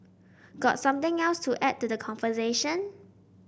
got something else to add to the conversation